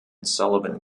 sullivan